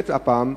באמת הפעם,